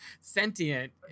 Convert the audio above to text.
sentient